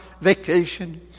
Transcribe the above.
vacation